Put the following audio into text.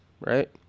right